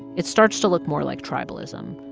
it starts to look more like tribalism,